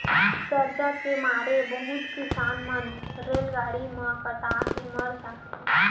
करजा के मारे बहुत किसान मन रेलगाड़ी म कटा के मर जाथें